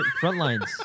Frontlines